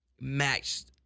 matched